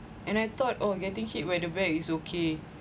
and I thought oh getting hit by the back is okay